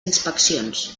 inspeccions